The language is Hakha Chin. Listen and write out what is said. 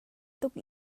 tuk